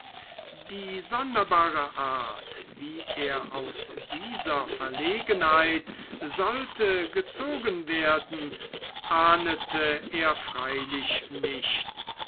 die sonderbare art wie er aus dieser verlegenheit sollte gezogen werden ahnete er freilich nicht